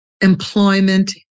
employment